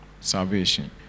salvation